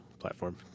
platform